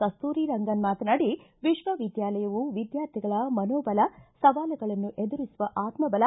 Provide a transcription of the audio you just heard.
ಕಸ್ತೂರಿ ರಂಗನ್ ಮಾತನಾಡಿ ವಿಕ್ವವಿದ್ಯಾಲಯವು ವಿದ್ಯಾರ್ಥಿಗಳ ಮನೋಬಲ ಸವಾಲುಗಳನ್ನು ಎದುರಿಸುವ ಆತ್ಮಲ